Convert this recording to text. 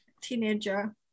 teenager